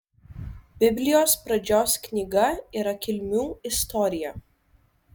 biblijos pradžios knyga yra kilmių istorija